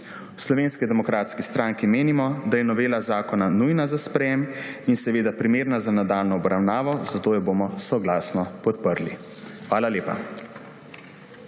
V Slovenski demokratki stranki menimo, da je novela zakona nujna za sprejetje in seveda primerna za nadaljnjo obravnavo, zato jo bomo soglasno podprli. Hvala lepa.